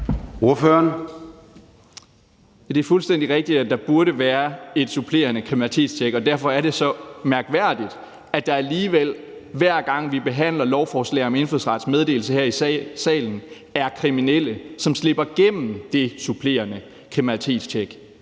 Det er fuldstændig rigtigt, at der burde være et supplerende kriminalitetstjek, og derfor er det så mærkværdigt, at der alligevel, hver gang vi behandler lovforslag om indfødsrets meddelelse her i salen, er kriminelle, som slipper igennem det supplerende kriminalitetstjek.